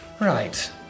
right